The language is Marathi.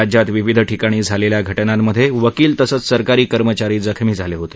राज्यात विविध ठिकाणी झालेल्या घटनांमधे वकील तसंच सरकारी कर्मचारी जखमी झाले होते